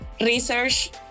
research